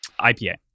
IPA